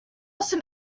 some